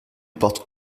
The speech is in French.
porte